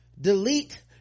delete